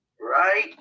Right